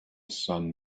sun